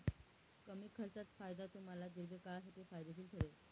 कमी खर्चात फायदा तुम्हाला दीर्घकाळासाठी फायदेशीर ठरेल